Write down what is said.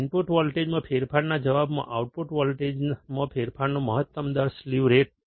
input વોલ્ટેજમાં ફેરફારના જવાબમાં આઉટપુટ વોલ્ટેજમાં ફેરફારનો મહત્તમ દર સ્લીવ રેટ છે